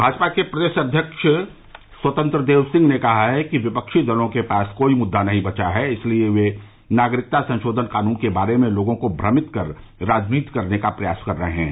भाजपा के प्रदेश अध्यक्ष स्वतंत्र देव सिंह ने कहा है कि विपक्षी दलों के पास कोई मुद्दा नहीं बचा है इसलिए वे नागरिकता संशोधन कानून के बारे में लोगों को भ्रमित कर राजनीति करने का प्रयास कर रहे हैं